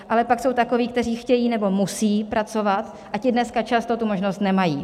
Ale pak jsou takoví, kteří chtějí nebo musí pracovat, a ti dneska často tu možnost nemají.